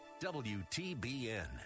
WTBN